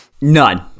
None